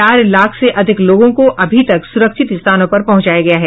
चार लाख से अधिक लोगों को अभी तक सुरक्षित स्थानों पर पहुंचाया गया है